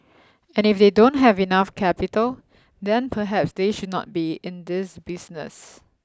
and if they don't have enough capital then perhaps they should not be in this business